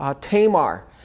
Tamar